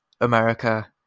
America